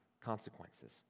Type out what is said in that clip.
consequences